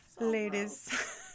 ladies